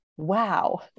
Wow